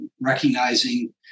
recognizing